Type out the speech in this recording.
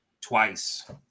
twice